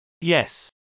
Yes